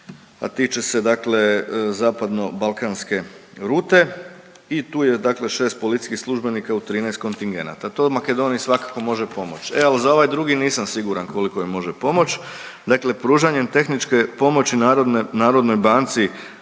a tiče se dakle zapadno balkanske rute i tu je dakle 6 policijskih službenika u 13 kontingenata. To Makedoniji svakako može pomoć, e al za ovaj drugi nisam siguran koliko joj može pomoć. Dakle pružanjem tehničke pomoći Narodnoj banci